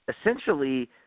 essentially